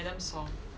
madam song